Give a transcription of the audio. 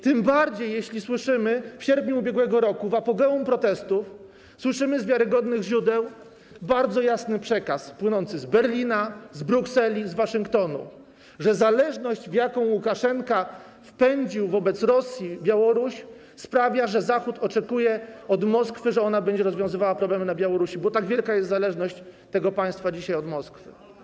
Tym bardziej, jeśli słyszymy - w sierpniu ubiegłego roku, w apogeum protestów - z wiarygodnych źródeł bardzo jasny przekaz płynący z Berlina, z Brukseli, z Waszyngtonu, że zależność, w jaką Łukaszenka wpędził Białoruś wobec Rosji, sprawia, że Zachód oczekuje od Moskwy, że to ona będzie rozwiązywała problemy na Białorusi, bo dzisiaj tak wielka jest zależność tego państwa od Moskwy.